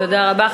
תודה רבה.